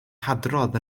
hadrodd